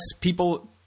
people